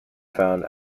found